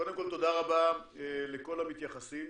קודם כל תודה רבה לכל המתייחסים.